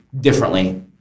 differently